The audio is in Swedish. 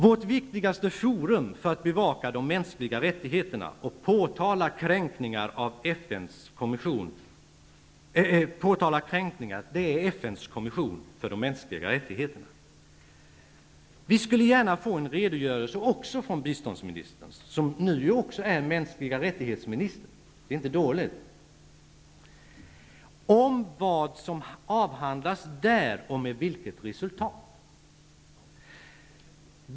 Vårt viktigaste forum för att bevaka de mänskliga rättigheterna och påtala kränkningar är FN:s kommission för de mänskliga rättigheterna. Vi skulle gärna vilja ha en redogörelse från biståndsministern, som nu också är mänskliga rättigheter-minister -- det är inte dåligt --, om vad som avhandlats där och med vilket resultat.